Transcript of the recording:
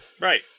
Right